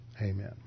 Amen